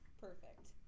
Perfect